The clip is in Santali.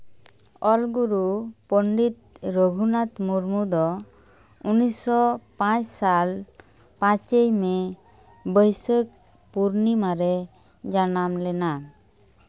ᱚᱞᱜᱩᱨᱩ ᱯᱚᱱᱰᱤᱛ ᱨᱚᱜᱷᱩᱱᱟᱛᱷ ᱢᱩᱨᱢᱩ ᱫᱚ ᱩᱱᱤᱥᱥᱚ ᱯᱟᱸᱪ ᱥᱟᱞ ᱯᱟᱸᱪᱮᱭ ᱢᱮᱹ ᱵᱟᱹᱭᱥᱟᱹᱠᱷ ᱯᱩᱨᱱᱤᱢᱟ ᱨᱮ ᱡᱟᱱᱟᱢ ᱞᱮᱱᱟ